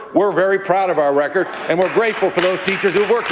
we're very proud of our record, and we're grateful to those teachers who